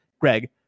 greg